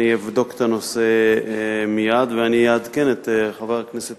אבדוק את הנושא מייד ואעדכן את חבר הכנסת